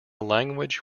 language